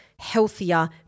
healthier